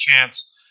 chance